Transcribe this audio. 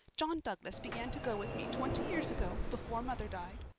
john douglas begun to go with me twenty years ago, before mother died.